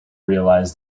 realise